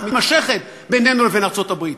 מתמשכת בינינו לבין ארצות-הברית.